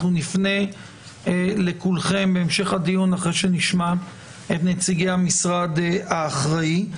אנחנו נפנה לכולכם בהמשך הדיון לאחר שנשמע את נציגי המשרד האחראי.